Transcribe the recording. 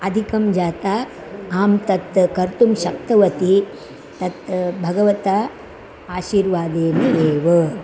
अधिकं जाता आम् तत् कर्तुं शक्तवती तत् भगवता आशिर्वादेन एव